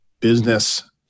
business